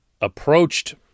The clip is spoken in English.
approached